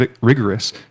rigorous